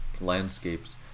landscapes